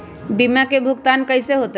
बीमा के भुगतान कैसे होतइ?